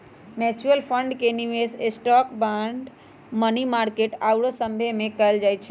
mutual fund के निवेश stock, bond, money market आउरो सभमें कएल जाइ छइ